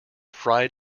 fried